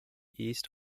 east